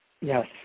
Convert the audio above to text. Yes